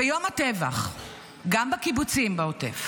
ביום הטבח, גם בקיבוצים בעוטף,